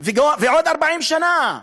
ועוד 40 שנה.